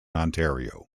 ontario